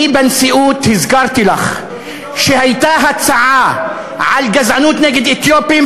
אני בנשיאות הזכרתי לך שהייתה הצעה על גזענות נגד אתיופים,